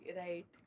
right